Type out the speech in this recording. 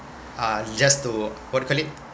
uh it's just to what you call it